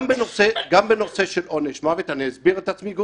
גם בנושא של עונש מוות, ואני אסביר את עצמי גור: